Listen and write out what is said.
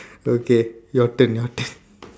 okay your turn your turn